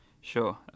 Sure